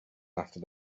after